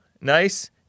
Nice